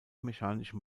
mechanischen